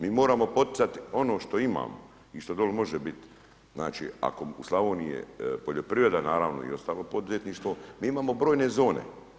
Mi moramo poticat ono što imamo i doli može biti, znači ako u Slavoniji je poljoprivreda naravno i ostalo poduzetništvo, mi imamo brojne zone.